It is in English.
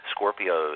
Scorpio